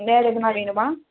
வேறு எதுன்னால் வேணுமா